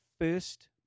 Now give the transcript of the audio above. first